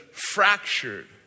fractured